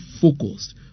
focused